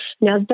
Now